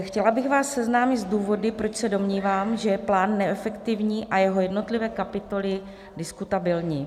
Chtěla bych vás seznámit s důvody, proč se domnívám, že plán je neefektivní a jeho jednotlivé kapitoly diskutabilní.